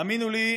האמינו לי,